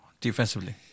defensively